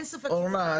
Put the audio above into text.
אורנה,